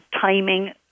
timing